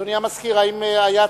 האם היה צלצול?